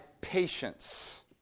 patience